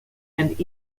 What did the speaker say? and